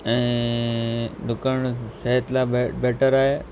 ऐं डुकण सिहत लाइ बे बैटर आहे